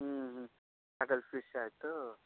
ಹ್ಞೂ ಹ್ಞೂ ಆಗಲ್ಲ ಫಿಶ್ ಆಯಿತು